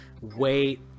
wait